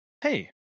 Hey